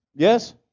Yes